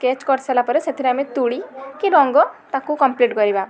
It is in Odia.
ସ୍କେଚ କରିସାରିଲା ପରେ ସେଥିରେ ଆମେ ତୂଳୀ କି ରଙ୍ଗ ତାକୁ କମ୍ପ୍ଲିଟ କରିବା